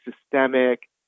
systemic